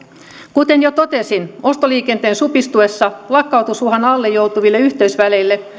kuten jo totesin ostoliikenteen supistuessa lakkautusuhan alle joutuville yhteysväleille